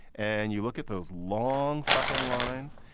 and you look at those long fucking lines.